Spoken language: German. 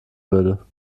würde